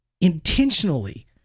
intentionally